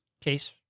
case